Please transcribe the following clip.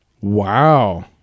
Wow